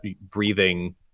breathing